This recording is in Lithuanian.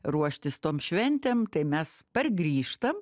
ruoštis tom šventėm tai mes pargrįžtam